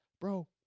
bro